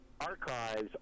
archives